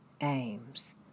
Aims